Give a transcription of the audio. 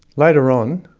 later on,